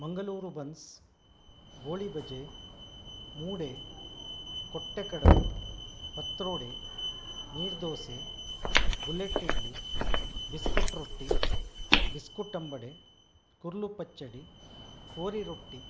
मङ्गलूरुबन्स् गोलीबजे मूडे कोट्टोकडबु पत्रोडे नीर्दोसे बुलेट्इडली बिस्कुट्रोटी बिस्कुटम्मबडे कुर्लुपच्चडी कोरिरोट्टि